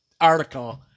article